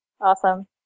awesome